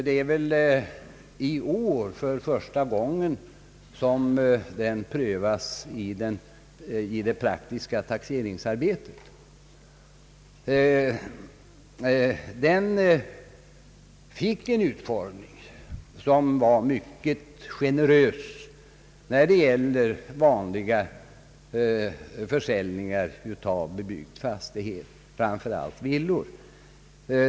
Det är i år första gången som den prövats i det praktiska taxeringsarbetet. Den fick en utformning som var mycket generös när det gäller vanliga försäljningar av bebyggd = fastighet, framför allt villor.